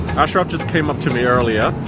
ashraf just came up to me earlier,